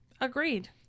Agreed